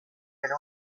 afero